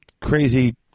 crazy